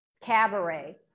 Cabaret